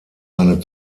eine